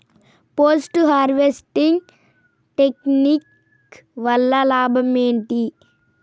Post harvesting technique వల్ల లాభం ఏంటి?